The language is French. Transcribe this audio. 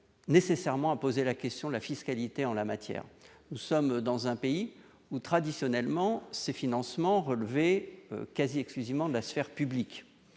nécessairement à poser la question de la fiscalité en la matière, nous sommes dans un pays où, traditionnellement, ces financements relevés quasi exclusivement de la sphère publique